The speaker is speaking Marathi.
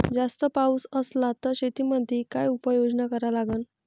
जास्त पाऊस असला त शेतीमंदी काय उपाययोजना करा लागन?